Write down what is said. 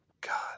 God